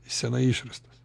seniai išrastas